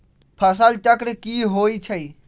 फसल चक्र की होइ छई?